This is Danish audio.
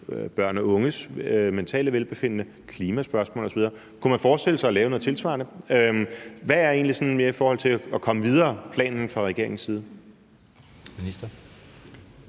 børn og unges mentale velbefindende, klimaspørgsmål osv. Kunne man forestille sig at lave noget tilsvarende? Hvad er planen fra regeringens side